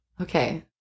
Okay